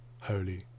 Holy